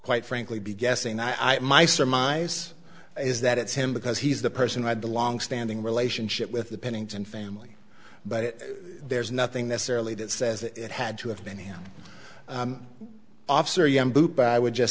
quite frankly be guessing i my surmise is that it's him because he's the person i had the longstanding relationship with the pennington family but there's nothing necessarily that says it had to have been an officer yeah i would just